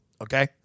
Okay